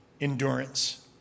endurance